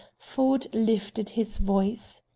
ford lifted his voice.